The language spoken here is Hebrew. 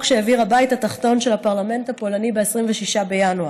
שהעביר הבית התחתון של הפרלמנט הפולני ב-26 בינואר.